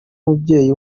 mubyeyi